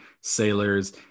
sailors